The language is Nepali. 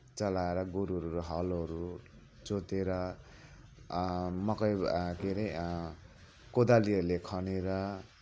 चलाएर गोरुहरू र हलहरू जोतेर मकै के अरे कोदालीहरूले खनेर